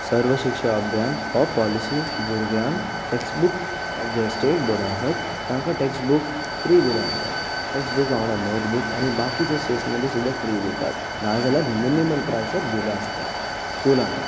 सर्व शिक्षा अभियान हो पॉलिसी भुरग्यांक टेक्स्ट बूक अ जे स्टेट बोर्डान आसात तांकां टेक्स्ट बूक फ्री दिल्ले आसतात टेक्स्ट बूक वांगडा नोट बूक आनी बाकीचे स्टेशनेरी सुद्दां फ्री दितात ना जाल्यार मिनमल प्रायसाक दिल्ले आसतात स्कुलांत